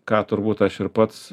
ką turbūt aš ir pats